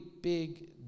big